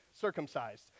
circumcised